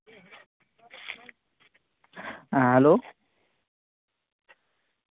ᱦᱮᱸ ᱦᱮᱞᱳ